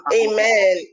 amen